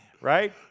right